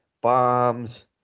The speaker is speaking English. bombs